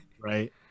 Right